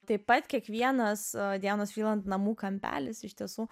taip pat kiekvienas dianos vriland namų kampelis iš tiesų